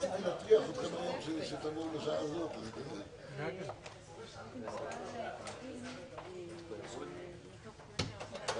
הישיבה ננעלה בשעה 20:10.